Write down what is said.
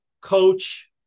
coach